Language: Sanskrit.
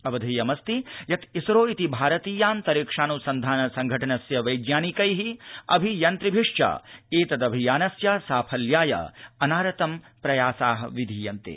अवधेयमस्ति यत् इसरो इति भारतीयान्तरिक्षानुसन्धान संघटनस्य वैज्ञानिकै अभियन्तृभि च एतदभियानस्य साफल्याय अनारतं प्रयासा विधीयन्ते